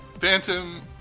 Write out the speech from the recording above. Phantom